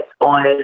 on